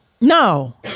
No